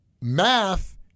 math